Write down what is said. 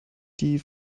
die